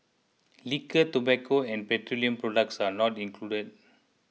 liquor tobacco and petroleum products are not included